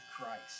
Christ